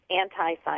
anti-science